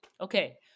Okay